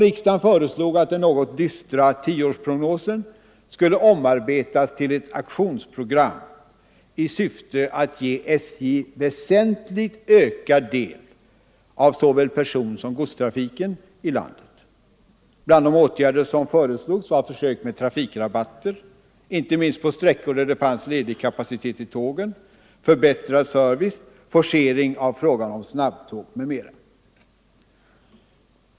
Riksdagen föreslog att den något dystra tioårsprognosen skulle omarbetas till ett aktionsprogram i syfte att ge SJ väsentligt ökad del av såväl personsom godstrafiken i landet. Bland de åtgärder som föreslogs var försök med trafikrabatter — inte minst på sträckor där det fanns ledig kapacitet i tågen, förbättrad service, forcering av frågan om snabbtåg m.m.